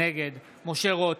נגד משה רוט,